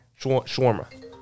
Shawarma